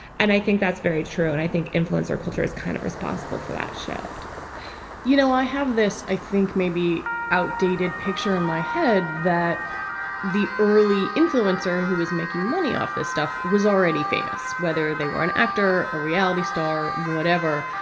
and i think that's very true. and i think influencer culture is kind of responsible for that shift you know, i have this, i think maybe outdated picture in my head that the early influencer who is making money off this stuff was already famous, whether they were an actor, a reality star, whatever.